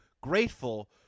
grateful